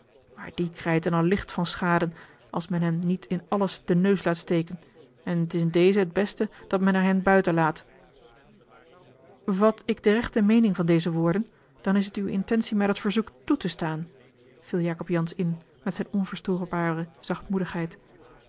maar die krijten al licht van schade als men hen niet in alles den neus laat steken en t is in dezen het beste dat men hen er buiten laat vat ik de rechte meening van deze woorden dan is het uwe intentie mij dat verzoek toe te staan viel jacob jansz in met zijne onverstoorbare